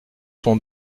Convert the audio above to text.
sont